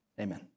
Amen